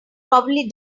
probably